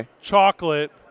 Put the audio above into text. chocolate